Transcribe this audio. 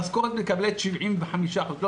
מקבלים 75% מן המשכורת.